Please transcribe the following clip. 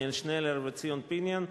עתניאל שנלר וציון פיניאן,